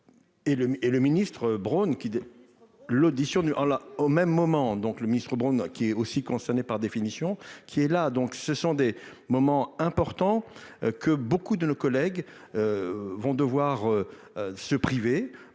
le ministre-Brown qui est aussi concernée par définition qui est là, donc ce sont des moments importants que beaucoup de nos collègues vont devoir se priver